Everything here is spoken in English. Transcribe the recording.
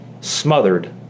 smothered